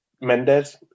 Mendes